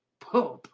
pooh, pooh!